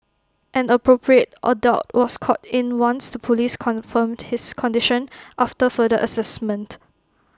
an appropriate adult was called in once the Police confirmed his condition after further Assessment